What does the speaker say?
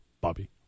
Bobby